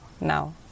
now